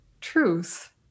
truth